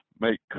make